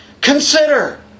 Consider